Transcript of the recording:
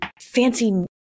fancy